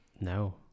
No